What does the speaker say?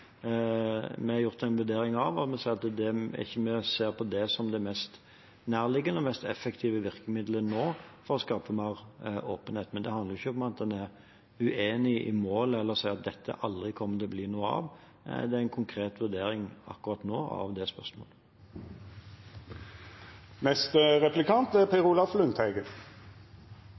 som det mest nærliggende, det meste effektive virkemiddelet nå, for å skape mer åpenhet. Men det handler ikke om at en er uenig i målet eller sier at dette aldri kommer til å bli noe av. Det er en konkret vurdering, akkurat nå, av det spørsmålet. Det er